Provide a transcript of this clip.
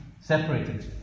separated